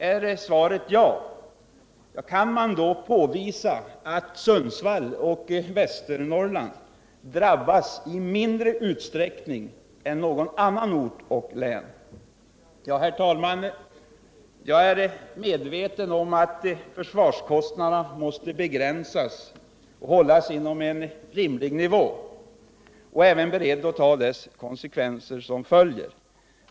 Är svaret ja, kan man då påvisa att Sundsvall och Västernorrland drabbas i mindre utsträckning än någon annan ort och något annat län? Herr talman! Jag är medveten om att försvarskostnaderna måste hållas inom rimlig nivå och är även beredd att ta de konsekvenser som följer.